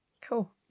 cool